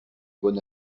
bon